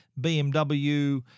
BMW